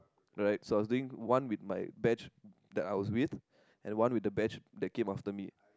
right so I was doing one with my batch that I was with and one with the batch that came after me